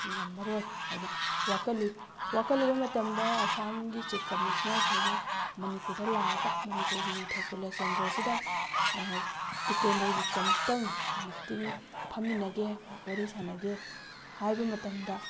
ꯉꯝꯃꯔꯣꯏ ꯍꯥꯏꯅ ꯋꯥꯀꯠꯂꯨꯏ ꯋꯥꯀꯠꯂꯨꯕ ꯃꯇꯝꯗ ꯑꯁꯥꯝꯒꯤ ꯆꯤꯐ ꯀꯃꯤꯁꯅꯔ ꯑꯁꯤꯅ ꯃꯅꯤꯄꯨꯔꯗ ꯂꯥꯛꯑꯒ ꯃꯅꯤꯄꯨꯔꯒꯤ ꯅꯤꯡꯊꯧ ꯀꯨꯜꯂꯆꯟꯗ꯭ꯔ ꯑꯁꯤꯗ ꯇꯤꯀꯦꯟꯗ꯭ꯔꯖꯤꯠꯀ ꯑꯃꯨꯛꯇꯪ ꯃꯤꯇꯤꯡ ꯐꯝꯃꯤꯟꯅꯒꯦ ꯋꯥꯔꯤ ꯁꯥꯅꯒꯦ ꯍꯥꯏꯕ ꯃꯇꯝꯗ